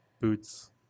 boots